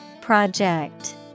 Project